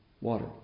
water